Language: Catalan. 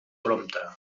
prompte